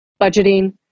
budgeting